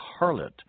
harlot